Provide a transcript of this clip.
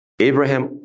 Abraham